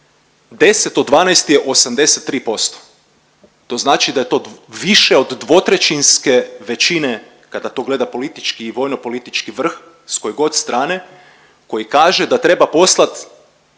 10 od 12 je 83%. To znači da je to više od dvotrećinske većine kada to gleda politički i vojno-politički vrh, s koje god strane, koji kaže da treba poslati